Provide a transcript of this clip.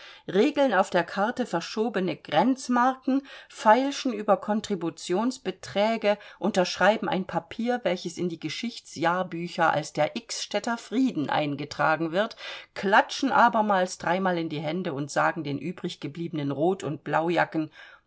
regeln auf der karte verschobene grenzmarken feilschen über kontributionsbeträge unterschreiben ein papier welches in die geschichtsjahrbücher als der xstädter frieden eingetragen wird klatschen abermals dreimal in die hände und sagen den übriggebliebenen rot und blaujacken